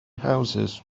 houses